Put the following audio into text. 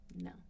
No